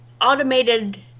automated